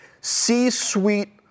C-suite